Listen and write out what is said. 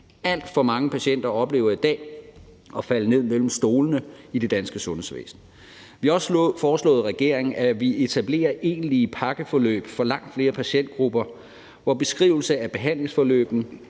Alt for mange patienter oplever i dag at falde ned mellem stolene i det danske sundhedsvæsen. Vi har også foreslået regeringen, at vi etablerer egentlige pakkeforløb for langt flere patientgrupper, hvor behandlingsforløbene